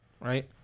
right